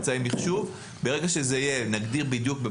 נגדיר בדיוק במשרד החינוך איזה נתונים הם מבקשים לקבל.